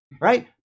right